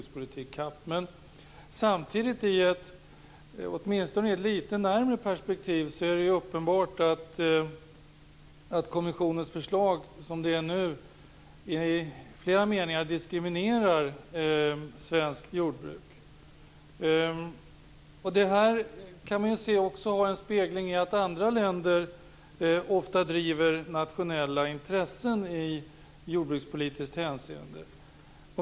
Samtidigt är det i ett litet närmare perspektiv uppenbart att kommissionens förslag som det ser ut nu i flera meningar diskriminerar svenskt jordbruk. Det återspeglar sig i att andra länder ofta driver nationella intressen i jordbrukspolitiskt hänseende.